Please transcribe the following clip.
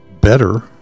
better